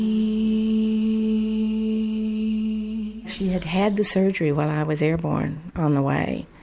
yeah she she had had the surgery while i was airborne, on the way,